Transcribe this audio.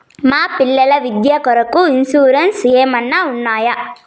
మా పిల్లల విద్య కొరకు ఇన్సూరెన్సు ఏమన్నా ఉన్నాయా?